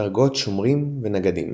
דרגות שומרים ונגדים